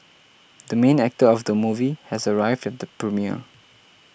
the main actor of the movie has arrived at the premiere